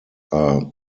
are